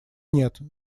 нет